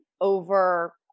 over